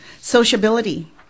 sociability